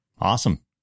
Awesome